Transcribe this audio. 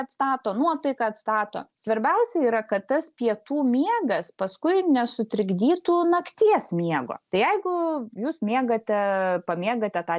atstato nuotaiką atstato svarbiausia yra kad tas pietų miegas paskui nesutrikdytų nakties miego tai jeigu jūs miegate pamiegate tą